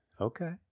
Okay